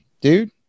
dude